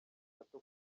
gato